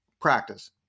practice